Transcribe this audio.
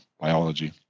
biology